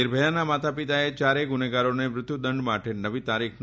નિર્ભયાના માતા પિતાએ યારેય ગુજ્જેગારોને મૃત્યુ દંડ માટે નવી તારીખનું